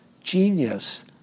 genius